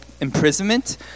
imprisonment